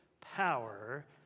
power